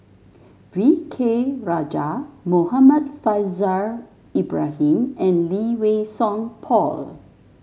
V K Rajah Muhammad Faishal Ibrahim and Lee Wei Song Paul